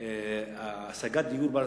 דיור ציבורי.